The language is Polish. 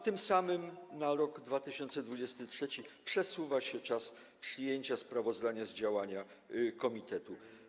Tym samym na rok 2023 przesuwa się czas przyjęcia sprawozdania z działania komitetu.